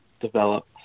develop